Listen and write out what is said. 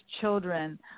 children